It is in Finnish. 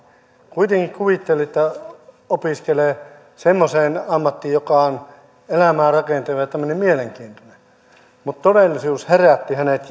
kuitenkin kuvitteli että opiskelee semmoiseen ammattiin joka on elämää rakentava ja ja mielenkiintoinen mutta todellisuus herätti hänet